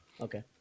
Okay